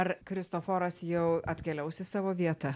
ar kristoforas jau atkeliaus į savo vietą